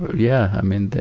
yeah. i mean,